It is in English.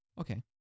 Okay